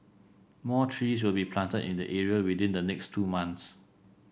more trees will be planted in the area within the next two months